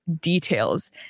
details